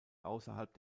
außerhalb